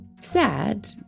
Sad